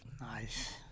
Nice